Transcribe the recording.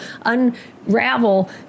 unravel